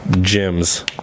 Gems